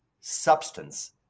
substance